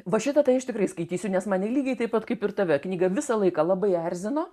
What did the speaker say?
va šitą tai aš tikrai skaitysiu nes mane lygiai taip pat kaip ir tave knyga visą laiką labai erzino